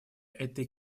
этой